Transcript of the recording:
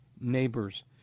neighbors